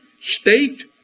state